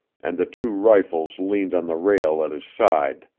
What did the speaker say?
and the two rifles leaned on the rail at his side.